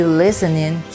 listening